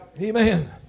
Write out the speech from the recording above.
Amen